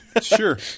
Sure